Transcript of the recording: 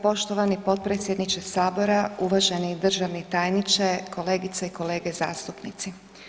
Poštovani potpredsjedniče Sabora, uvaženi državni tajniče, kolegice i kolege zastupnici.